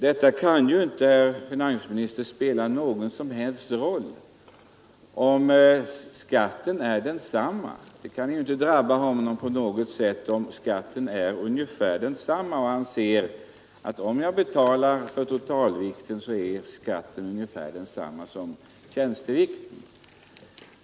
Detta kan inte, herr finansministern, spela någon som helst roll. Om skatten är ungefär densamma kan ju detta inte drabba honom på något sätt. Han ser att det är ungefär samma skatt vare sig han betalar för totalvikten eller som tidigare för tjänstevikten.